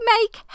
make